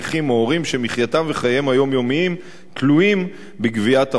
נכים או הורים שמחייתם וחייהם היומיומיים תלויים בגביית החוב.